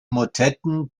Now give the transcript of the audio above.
motetten